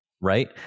Right